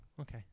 okay